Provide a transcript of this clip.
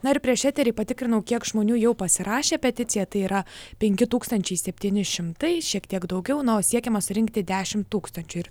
na ir prieš eterį patikrinau kiek žmonių jau pasirašė peticiją tai yra penki tūkstančiai septyni šimtai šiek tiek daugiau nors siekiama surinkti dešimt tūkstančių ir